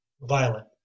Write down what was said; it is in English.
violent